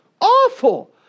Awful